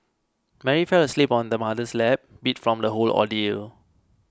Mary fell asleep on her mother's lap beat from the whole ordeal